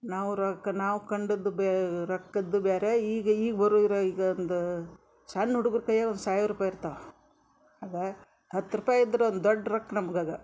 ನಾವು ರೊಕ್ಕ ನಾವು ಕಂಡದ್ದು ಬೇ ರೊಕ್ಕದ್ದು ಬ್ಯಾರೆ ಈಗ ಈಗ ಬರು ರ ಈಗಂದ ಸಣ್ಣ ಹುಡುಗ್ರು ಕೈಯಾಗ ಒಂದು ಸಾವಿರ ರೂಪಾಯಿ ಇರ್ತಾವ ಅದ ಹತ್ತು ರೂಪಾಯಿ ಇದ್ರೊಂದು ದೊಡ್ಡ ರೊಕ್ಕ ನಮ್ಗೆ ಆಗ